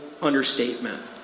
understatement